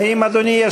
אדוני,